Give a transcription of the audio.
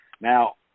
now